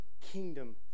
kingdom